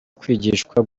kwigishwa